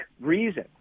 reason